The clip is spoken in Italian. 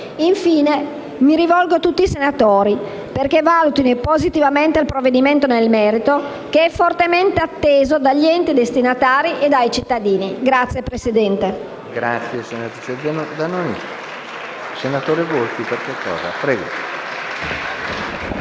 Infine, mi rivolgo a tutti i senatori perché valutino positivamente il provvedimento nel merito, fortemente atteso dagli enti destinatari e dai cittadini. *(Applausi